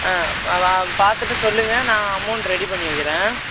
ஆ வ பார்த்துட்டு சொல்லுங்க நான் அமவுண்ட்டு ரெடி பண்ணி வைக்கிறேன்